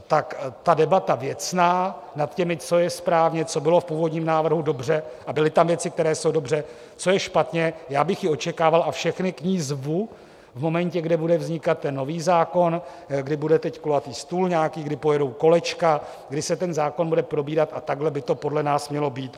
Tak ta debata věcná, nad tím, co bylo správně, co bylo v původním návrhu dobře a byly tam věci, které jsou dobře, co je špatně já bych ji očekával a všechny k ní zvu v momentě, kdy bude vznikat nový zákon, kdy bude teď kulatý stůl, kdy pojedou kolečka, kdy se ten zákon bude probírat, a takhle by to podle nás mělo být.